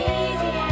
easy